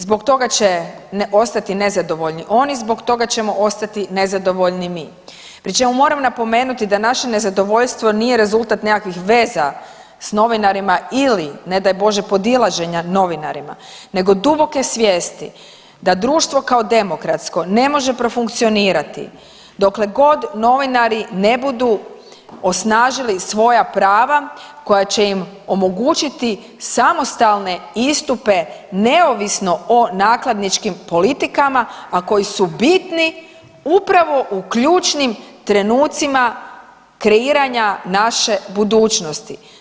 Zbog toga će ostati nezadovoljni oni, zbog toga ćemo ostati nezadovoljni mi, pri čemu moram napomenuti da naše nezadovoljstvo nije rezultat nekakvih veza s novinarima ili, ne daj Bože, podilaženja novinarima, nego duboke svijesti da društvo kao demokratsko ne može profunkcionirati dokle god novinari ne budu osnažili svoja prava koja će im omogućiti samostalne istupe neovisno o nakladničkim politikama, a koji su bitni upravo u ključnim trenucima kreiranja naše budućnosti.